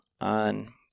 on